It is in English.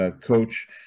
coach